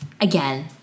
again